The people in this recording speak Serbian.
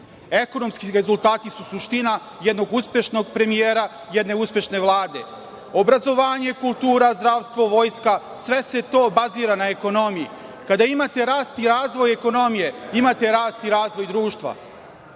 Ekonomski rezultati su suština jednog uspešnog premijera jedne uspešne Vlade. obrazovanje, kultura, zdravstvo, vojska, sve se to bazira na ekonomiji. Kada imate rast i razvoj ekonomije, imate rast i razvoj društva. Srbija